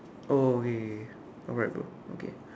oh okay okay okay alright bro okay